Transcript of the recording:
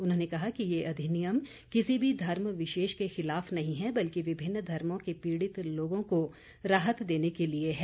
उन्होंने कहा कि ये अधिनियम किसी भी धर्म विशेष के खिलाफ नही है बल्कि विभिन्न धर्मो के पीड़ित लोगों को राहत देने के लिए है